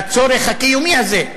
מהצורך הקיומי הזה,